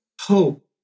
hope